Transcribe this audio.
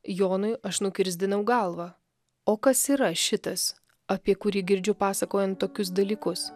jonui aš nukirsdinau galvą o kas yra šitas apie kurį girdžiu pasakojant tokius dalykus